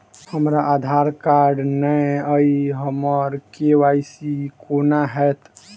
हमरा आधार कार्ड नै अई हम्मर के.वाई.सी कोना हैत?